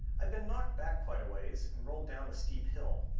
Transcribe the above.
i'd been knocked back quite a ways and rolled down a steep hill.